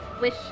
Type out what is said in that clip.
wish